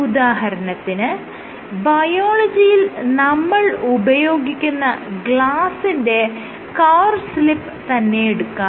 ഉദാഹരണത്തിന് ബയോളജിയിൽ നമ്മൾ ഉപയോഗിക്കുന്ന ഗ്ലാസിന്റെ കവർ സ്ലിപ് തന്നെയെടുക്കാം